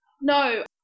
No